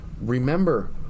remember